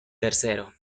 tercero